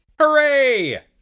Hooray